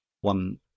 one